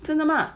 真的吗